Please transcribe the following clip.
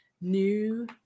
new